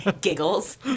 Giggles